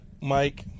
Mike